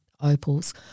opals